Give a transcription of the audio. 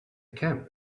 camp